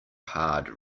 hard